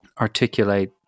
articulate